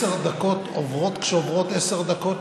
עשר דקות עוברות כשעוברות עשר דקות,